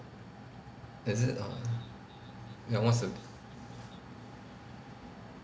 is it err ya what's the